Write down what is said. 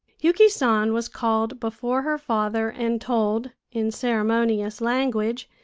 yuki san was called before her father and told, in ceremonious language,